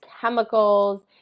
chemicals